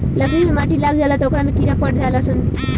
लकड़ी मे माटी लाग जाला त ओकरा में कीड़ा पड़ जाल सन